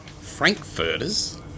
Frankfurters